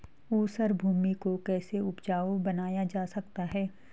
ऊसर भूमि को कैसे उपजाऊ बनाया जा सकता है?